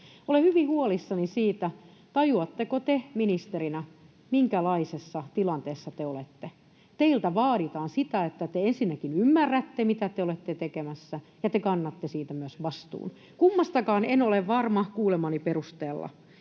Olen hyvin huolissani siitä, tajuatteko te ministerinä, minkälaisessa tilanteessa te olette. Teiltä vaaditaan sitä, että te ensinnäkin ymmärrätte, mitä te olette tekemässä, ja että te kannatte siitä myös vastuun. En ole varma kuulemani perusteella,